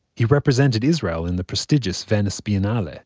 he represented israel in the prestigious venice biennale ah